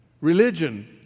Religion